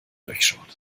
durchschaut